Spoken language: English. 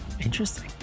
Interesting